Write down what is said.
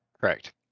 Correct